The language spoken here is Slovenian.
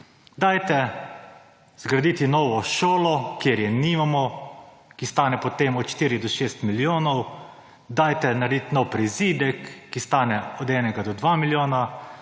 dajte zgraditi novo šolo, ker je nimamo, ki stanje po tem od 4 do 6 milijonov, dajte narediti nov prizidek, ki stane od 1 do 2 milijona,